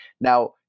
Now